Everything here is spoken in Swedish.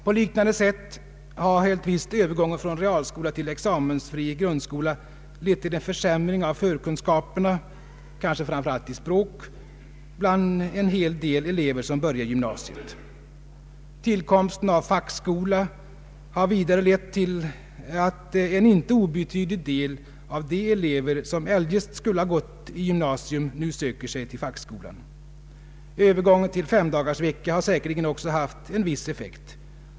På liknande sätt har helt visst övergången från realskola till den examensfria grundskolan lett till en försämring av förkunskaperna — kanske framför allt i språk — bland en hel del elever som börjar gymnasiet. Tillkomsten av fackskolan har vidare lett till att en inte obetydlig del elever, som eljest skulle ha gått i gymnasium, nu söker sig dit. Övergången till femdagarsvecka har säkerligen också haft en viss effekt.